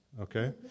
okay